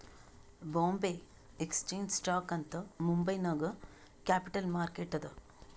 ಬೊಂಬೆ exchange stock ಅಂತ್ ಮುಂಬೈ ನಾಗ್ capital market ಅದಾ